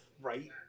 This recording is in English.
right